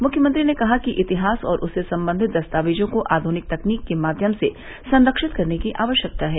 मुख्यमंत्री ने कहा कि इतिहास और उससे संबंधित दस्तावेजों को आधुनिक तकनीक के माध्यम से संरक्षित करने की आवश्यकता है